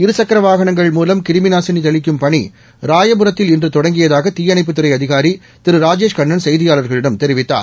இரு சக்கர வாகனங்கள் மூலம் கிருமி நாசினி தெளிக்கும் பணி ராயபுரத்தில் இன்று தொடங்கியதாக தீயணைப்புத்துறை அதிகாரி திரு ரஜேஷ் கண்ணன் செய்தியாளர்களிடம் தெரிவித்தார்